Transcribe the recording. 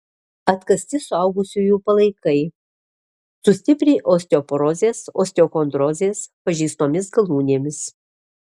atkasti suaugusiųjų palaikai su stipriai osteoporozės osteochondrozės pažeistomis galūnėmis